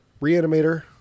re-animator